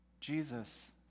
Jesus